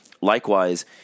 Likewise